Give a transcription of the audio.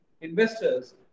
investors